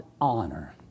honor